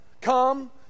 come